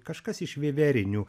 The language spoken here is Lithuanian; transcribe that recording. kažkas iš viverinių